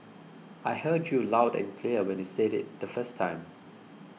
I heard you loud and clear when you said it the first time